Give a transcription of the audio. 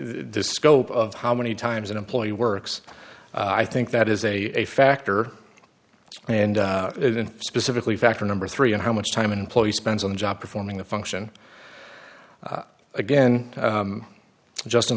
the scope of how many times an employee works i think that is a factor and then specifically factor number three and how much time an employee spends on the job performing the function again just in